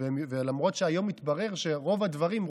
למרות שהיום מתברר שרוב הדברים,